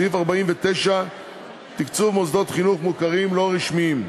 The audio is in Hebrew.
סעיף 49 (תקצוב מוסדות חינוך מוכרים לא רשמיים).